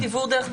אנחנו